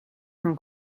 from